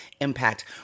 impact